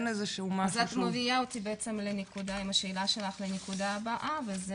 אז את מביאה אותי עם השאלה שלך לנקודה הבאה וזה